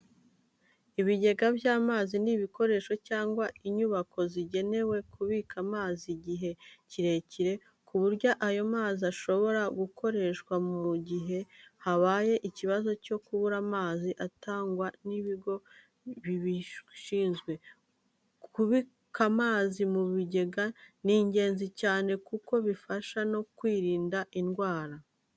Ibigega by'amazi ni ibikoresho cyangwa inyubako zigenewe kubika amazi igihe kirekire, ku buryo ayo mazi ashobora gukoreshwa mu gihe habaye ikibazo cyo kubura amazi atangwa n'ibigo bibishinzwe. Kubika amazi mu bigega ni ingenzi cyane kuko bifasha no kwirinda umwanda.